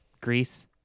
Greece